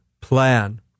plan